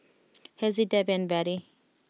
Hezzie Debby and Bettie